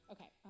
Okay